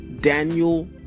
Daniel